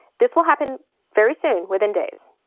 this will happen very soon, within days.